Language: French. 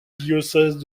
diocèse